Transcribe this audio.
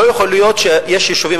לא יכול להיות שיש יישובים,